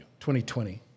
2020